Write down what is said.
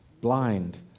blind